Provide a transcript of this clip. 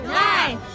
nine